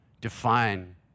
define